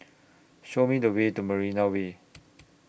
Show Me The Way to Marina Way